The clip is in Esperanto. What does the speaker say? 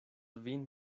vin